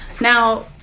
now